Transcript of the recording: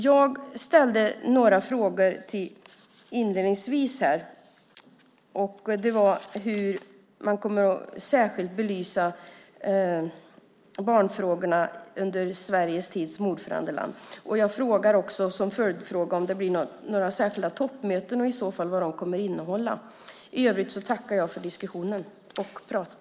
Jag ställde några frågor inledningsvis. Det handlar om hur man kommer att särskilt belysa barnfrågorna under Sveriges tid som ordförandeland. Jag ställde också en följdfråga om det blir några särskilda toppmöten och vad dessa i så fall kommer att innehålla. I övrigt tackar jag för diskussionen och samtalet.